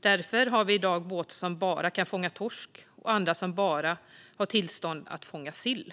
Därför har vi båtar som bara får fånga torsk och andra som bara får fånga sill.